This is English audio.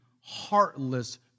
heartless